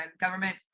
government